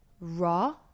raw